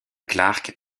clark